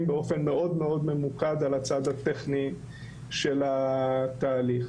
באופן מאוד-מאוד ממוקד על הצד הטכני של התהליך.